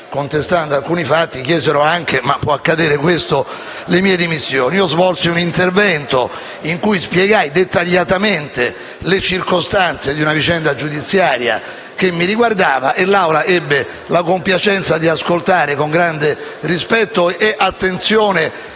contestando alcuni fatti, chiesero anche - ma questo può accadere - le mie dimissioni. Io svolsi un intervento in cui spiegai dettagliatamente le circostanze di una vicenda giudiziaria che mi riguardava e l'Assemblea ebbe la compiacenza di ascoltare con grande rispetto e attenzione